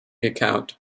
account